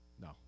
No